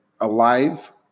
Alive